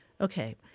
Okay